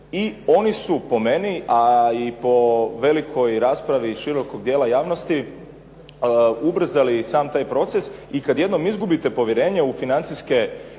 i oni su po meni, a i po velikoj raspravi širokog dijela javnosti, ubrzali sam taj proces i kad jednom izgubite u financijske